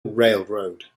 railroad